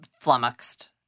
flummoxed